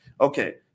Okay